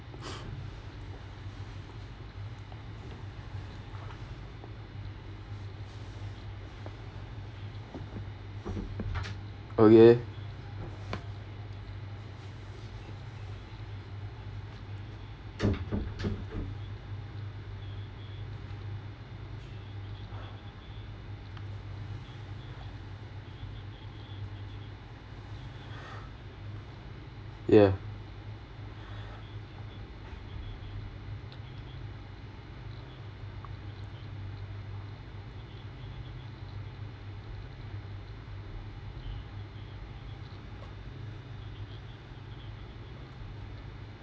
okay ya